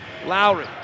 Lowry